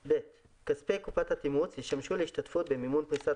(ב)כספי קופת התמרוץ ישמשו להשתתפות במימון פריסת